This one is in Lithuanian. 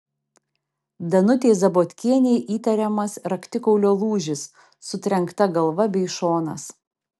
danutei zabotkienei įtariamas raktikaulio lūžis sutrenkta galva bei šonas